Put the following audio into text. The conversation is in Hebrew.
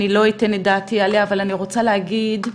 אבל אני רוצה להגיד,